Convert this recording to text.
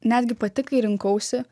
netgi pati kai rinkausi